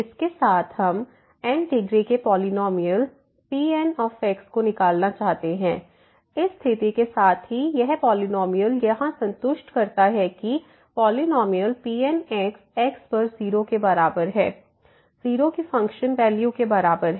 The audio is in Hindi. इसके साथ हम n डिग्री के पॉलिनॉमियल Pn को निकालना चाहते हैं इस स्थिति के साथ की यह पॉलिनॉमियल यह संतुष्ट करता है कि पॉलिनॉमियल Pn x पर 0 के बराबर है 0 की फंक्शन वैल्यू के बराबर है